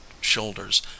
shoulders